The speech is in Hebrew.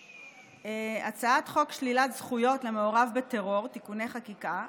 כדלהלן: הצעת חוק שלילת זכויות למעורב בטרור (תיקוני חקיקה),